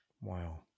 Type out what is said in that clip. Wow